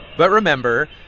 but remember,